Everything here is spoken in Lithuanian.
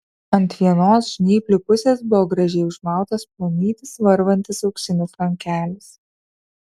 ant vienos žnyplių pusės buvo gražiai užmautas plonytis varvantis auksinis lankelis